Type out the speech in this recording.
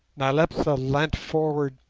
nyleptha leant forward,